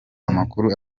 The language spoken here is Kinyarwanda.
amakuru